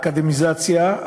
אקדמיזציה,